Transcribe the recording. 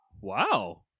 Wow